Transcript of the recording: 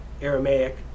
Aramaic